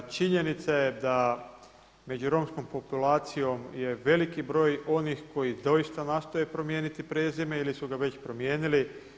Činjenica je da među romskom populacijom je veliki broj onih koji nastoje promijeniti prezime ili su ga već promijenili.